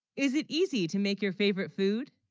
is it easy to make your favorite food